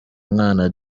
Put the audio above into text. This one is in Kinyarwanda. umwana